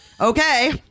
okay